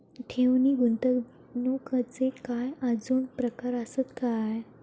ठेव नी गुंतवणूकचे काय आजुन प्रकार आसत काय?